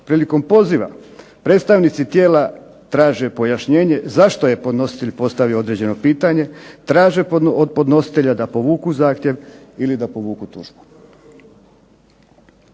Prilikom poziva predstavnici tijela traže pojašnjenje zašto je podnositelj postavio određeno pitanje, traže od podnositelja da povuku zahtjev ili da povuku tužbu.